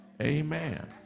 Amen